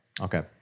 Okay